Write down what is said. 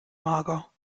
mager